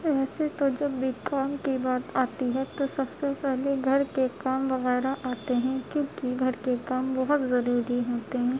ایسے تو جو لکھا ہے کی بات آتی ہے تو سب سے پہلے گھر کے کام وغیرہ آتے ہیں کیوں کہ گھر کےکام بہت ضروری ہوتے ہیں